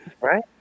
Right